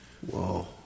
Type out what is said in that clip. Whoa